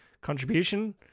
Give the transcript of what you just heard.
contribution